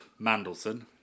Mandelson